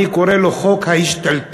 אני קורא לו "חוק ההשתלטות".